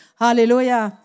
hallelujah